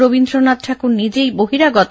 রবীন্দ্রনাথ ঠাকুর নিজেই বহিরাগত